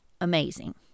amazing